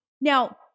Now